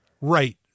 Right